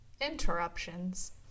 Interruptions